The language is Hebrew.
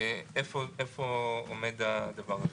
איפה עומד הדבר הזה?